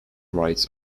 rights